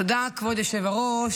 תודה, כבוד היושב-ראש.